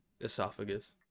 esophagus